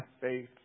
faith